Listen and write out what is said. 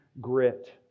grit